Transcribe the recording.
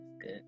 Good